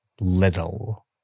little